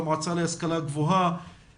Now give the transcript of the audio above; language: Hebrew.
למועצה להשכלה גבוהה,